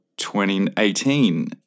2018